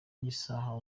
y’isaha